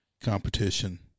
competition